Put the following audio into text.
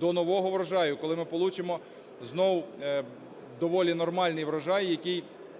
До нового врожаю, коли ми получимо знову доволі нормальний врожай, який